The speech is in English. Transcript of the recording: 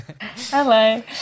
Hello